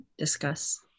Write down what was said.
Discuss